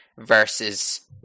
versus